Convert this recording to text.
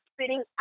spitting